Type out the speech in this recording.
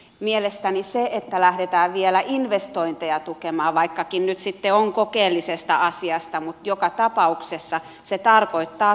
mielestäni se että lähdetään vielä investointeja tukemaan vaikkakin nyt sitten on kokeellisesta asiasta kyse joka tapauksessa tarkoittaa tuplatukea